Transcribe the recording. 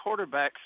quarterbacks